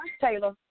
Taylor